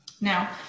Now